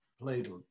played